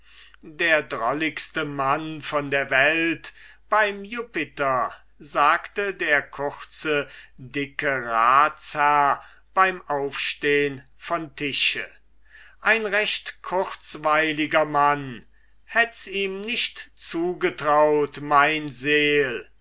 der drolligste mann von der welt beim jupiter sagte der kurze dicke ratsherr beim aufstehen von tische ein recht kurzweiliger mann hätt's ihm nicht zugetraut mein seel